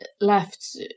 left